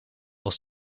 als